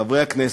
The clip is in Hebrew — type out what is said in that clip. חברי הכנסת,